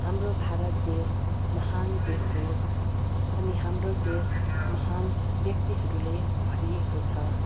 हाम्रो भारत देश महान् देश हो अनि हाम्रो देश महान् व्यक्तिहरूले भरिएको छ